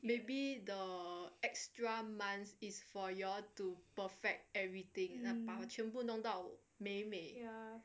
maybe the extra months is for your to perfect everything err 把它全部弄到美美